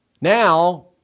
now